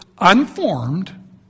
unformed